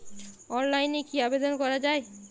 অনলাইনে কি আবেদন করা য়ায়?